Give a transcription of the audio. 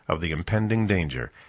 of the impending danger,